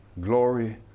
glory